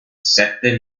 sette